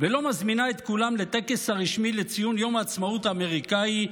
ולא מזמינה את כולם לטקס הרשמי לציון יום העצמאות האמריקאי,